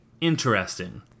Interesting